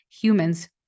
humans